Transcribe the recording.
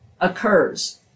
occurs